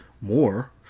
more